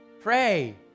pray